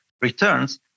returns